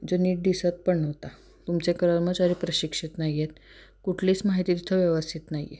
जो नीट दिसत पण नव्हता तुमचे कर्मचारी प्रशिक्षित नाही आहेत कुठलीच माहिती तिथं व्यवस्थित नाही आहे